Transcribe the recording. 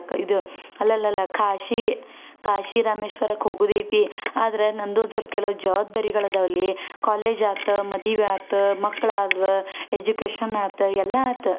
ಇದು ಅಲ್ಲಲಲ್ಲ ಕಾಶೀ ಕಾಶಿ ರಾಮೇಶ್ವರಕ್ಕೆ ಹೋಗೋದೈತಿ ಆದ್ರೆ ನಂದು ಒಂದುಸ್ವಲ್ಪ್ ಕೆಲವು ಜವಾಬ್ದಾರಿಗಳು ಅದಾವಲೇ ಕಾಲೇಜ್ ಆಯ್ತ್ ಮದುವೆ ಆಯ್ತ್ ಮಕ್ಳು ಆದ್ವ ಎಜುಕೇಶನ್ ಆಯ್ತ್ ಎಲ್ಲ ಆಯ್ತ್